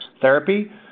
therapy